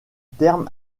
terme